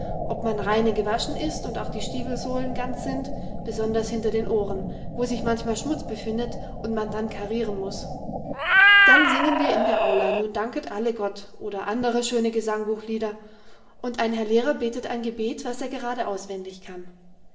ob man reine gewaschen ist und auch die stiewelsohlen ganz sind besonders hinter den ohren wo sich manchmal schmutz befindet und man dann karieren muß dann singen wir in der aula nun danket alle gott oder andere schöne gesangbuchslieder und ein herr lehrer betet ein gebet was er grade auswendig kann